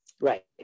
Right